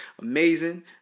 amazing